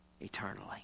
eternally